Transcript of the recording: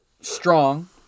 strong